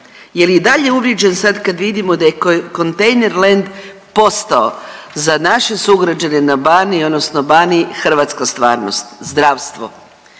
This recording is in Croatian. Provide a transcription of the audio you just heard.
Je li dalje uvrijeđen sad kad vidimo da je kontejner land postao za naše sugrađane na Baniji odnosno Baniji hrvatska stvarnost. Zdravstvo.